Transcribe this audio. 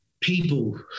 people